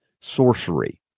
Sorcery